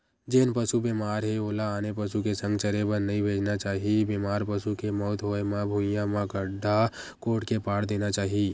जेन पसु बेमार हे ओला आने पसु के संघ चरे बर नइ भेजना चाही, बेमार पसु के मउत होय म भुइँया म गड्ढ़ा कोड़ के पाट देना चाही